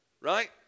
right